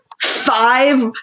five